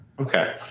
Okay